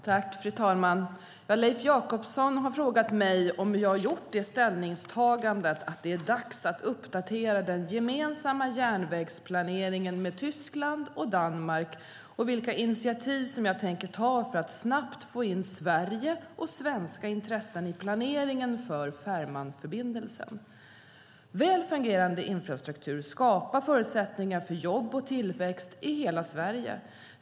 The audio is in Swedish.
Fru talman! Leif Jakobsson har frågat mig om jag gjort det ställningstagandet att det är dags att uppdatera den gemensamma järnvägsplaneringen med Tyskland och Danmark och vilka initiativ som jag tänker ta för att snabbt få in Sverige och svenska intressen i planeringen för Fehmarnförbindelsen. Väl fungerande infrastruktur skapar förutsättningar för jobb och tillväxt i hela Sverige.